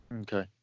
Okay